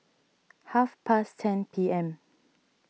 half past ten P M